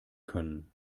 können